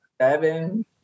seven